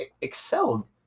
excelled